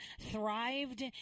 thrived